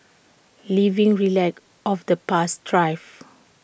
living relics of the past thrive